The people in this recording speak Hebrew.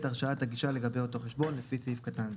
הרשאת הגישה לגבי אותו חשבון לפי סעיף קטן זה.